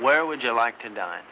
where would you like to d